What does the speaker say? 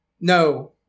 No